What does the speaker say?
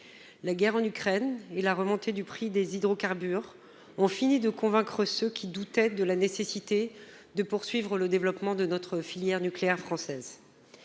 La guerre en Ukraine et la remontée du prix des hydrocarbures ont achevé de convaincre ceux qui doutaient de la nécessité de poursuivre le développement de notre filière nucléaire française.